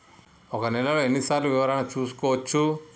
ఒక నెలలో ఎన్ని సార్లు వివరణ చూసుకోవచ్చు?